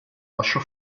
lasciò